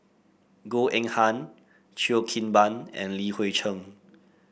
Goh Eng Han Cheo Kim Ban and Li Hui Cheng